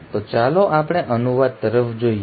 તો ચાલો આપણે અનુવાદ તરફ જોઈએ